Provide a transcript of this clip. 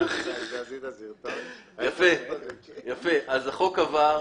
התשע"ט 2019 כפי שהוקראה.